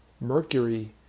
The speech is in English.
mercury